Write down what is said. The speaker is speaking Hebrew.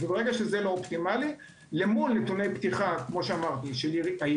ואו אז למול נתוני פתיחה של עייפות,